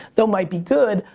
they'll might be good.